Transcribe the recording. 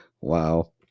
Wow